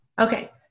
Okay